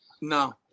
No